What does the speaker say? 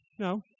No